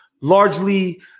Largely